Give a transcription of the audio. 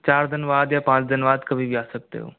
चार दिन बाद या पाँच दिन बाद कभी भी आ सकते हो